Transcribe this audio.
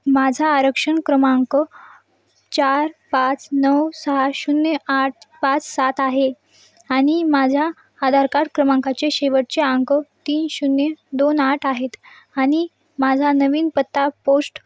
माझा आरक्षण क्रमांक चार पाच नऊ सहा शून्य आठ पाच सात आहे आणि माझ्या आधार कार्ड क्रमांकाचे शेवटचे आंक तीन शून्य दोन आठ आहेत आणि माझा नवीन पत्ता पोष्ट